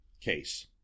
case